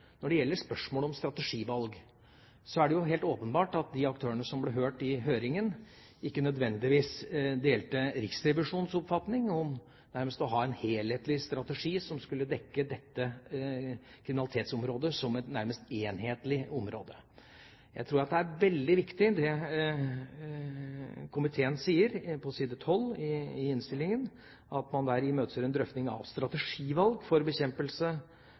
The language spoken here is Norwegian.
Når det gjelder spørsmål om strategivalg, er det helt åpenbart at de aktørene som ble hørt i høringen, ikke nødvendigvis delte Riksrevisjonens oppfatning om å ha en helhetlig strategi som skulle dekke dette kriminalitetsområdet som nærmest et helhetlig område. Jeg tror det er veldig viktig det komiteen sier på side 12 i innstillingen, om at man imøteser en drøfting av strategivalg for bekjempelse